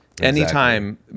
Anytime